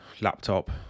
laptop